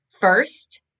First